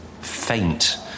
faint